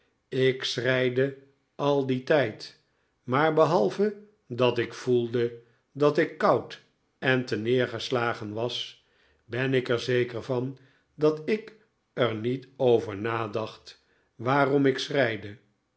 ik schreide al dien tijd maar behalve dat ik voelde dat ik koud en terneergeslagen was ben ik er zeker van dat ik er niet over nadacht waarom ik